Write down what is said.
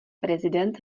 prezident